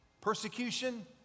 persecution